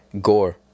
Gore